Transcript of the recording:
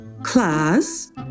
Class